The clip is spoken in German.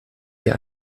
hier